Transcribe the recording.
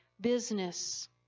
business